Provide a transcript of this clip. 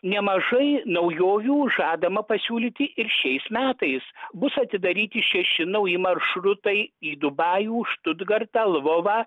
nemažai naujovių žadama pasiūlyti ir šiais metais bus atidaryti šeši nauji maršrutai į dubajų štutgartą lvovą